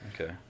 Okay